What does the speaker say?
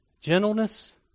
gentleness